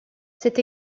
cet